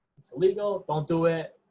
it's illegal don't do it.